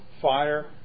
fire